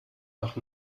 nach